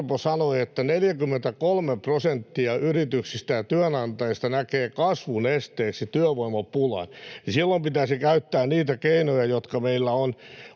Orpo sanoi, 43 prosenttia yrityksistä ja työnantajista näkee kasvun esteeksi työvoimapulan, ja silloin pitäisi käyttää niitä keinoja, jotka meillä on